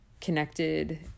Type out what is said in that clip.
connected